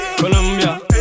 Colombia